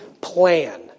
plan